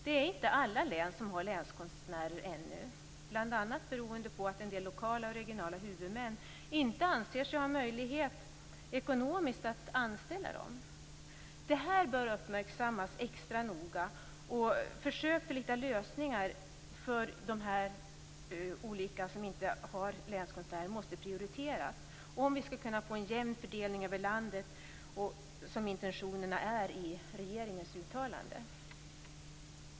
Det är ännu inte alla län som har länskonstnärer, bl.a. beroende på att en del lokala och regionala huvudmän inte anser sig ha ekonomisk möjlighet att anställa dem. Det bör uppmärksammas extra noga. Försök till att hitta lösningar för de län som inte har länskonstnärer måste prioriteras om vi skall kunna få en jämn fördelning över landet, vilket är intentionerna i regeringens uttalande.